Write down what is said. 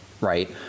Right